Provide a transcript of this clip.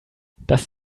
das